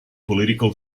political